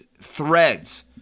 threads